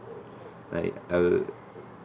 like a